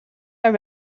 are